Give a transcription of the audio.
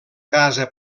casa